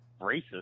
racist